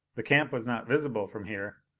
the camp was not visible from here.